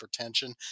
hypertension